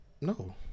No